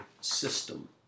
system